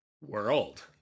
world